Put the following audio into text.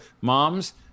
moms